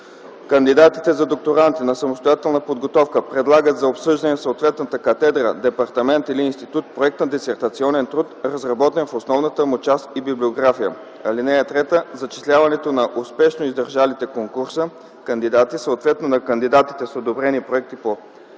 Кандидатите за докторанти на самостоятелна подготовка предлагат за обсъждане в съответната катедра, департамент или институт проект на дисертационен труд, разработен в основната му част и библиография. (3) Зачисляването на успешно издържалите конкурса кандидати, съответно на кандидатите с одобрени проекти по ал. 2,